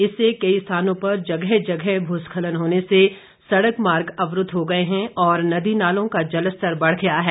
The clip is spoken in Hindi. इससे कई स्थानों पर जगह जगह भूस्खलन होने से सड़क मार्ग अवरूद्द हो गए है और नदी नालों का जल स्तर बढ़ गया है